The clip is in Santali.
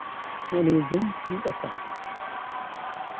ᱦᱮᱜᱼᱮ ᱱᱤᱭᱟᱹ ᱡᱮ ᱪᱮᱫ ᱟᱠᱟᱫ